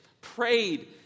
prayed